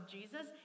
Jesus